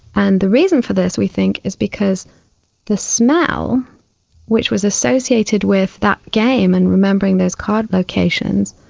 and the reason for this we think is because the smell which was associated with that game and remembering those card locations,